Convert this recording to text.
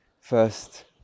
first